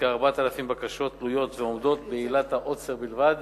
כ-4,000 בקשות תלויות ועומדות בעילת העוצר בלבד.